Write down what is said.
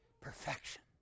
Perfection